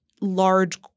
large